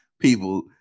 people